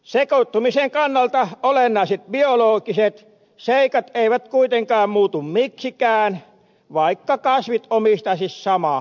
sekoittumisen kannalta olennaiset biologiset seikat eivät kuitenkaan muutu miksikään vaikka kasvit omistaisi sama ihminen